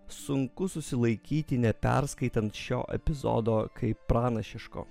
sunku susilaikyti neperskaitant šio epizodo kaip pranašiško